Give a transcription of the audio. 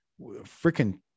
freaking